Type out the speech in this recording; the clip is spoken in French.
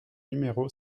numéro